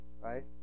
right